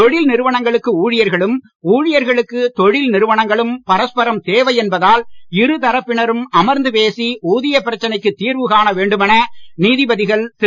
தொழில் நிறுவனங்களுக்கு ஊழியர்களும் ஊழியர்களுக்கு தொழில் நிறுவனங்களும் பரஸ்பரம் தேவை என்பதால் இருதரப்பினரும் அமர்ந்து பேசி ஊதியப் பிரச்சனைக்கு தீர்வு காண வேண்டுமென நீதிபதிகள் திரு